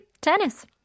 Tennis